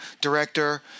director